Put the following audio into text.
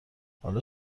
حالا